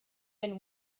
been